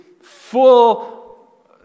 full